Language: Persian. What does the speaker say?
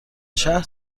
شهر